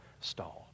stall